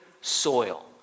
soil